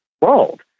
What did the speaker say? world